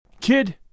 Kid